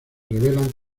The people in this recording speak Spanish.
revelan